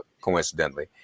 coincidentally